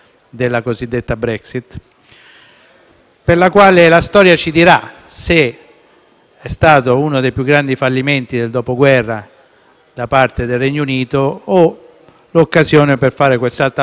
della quale la storia ci dirà se è stato uno dei più grandi fallimenti del Dopoguerra da parte del Regno Unito o l'occasione per fare quel salto avanti che i proponitori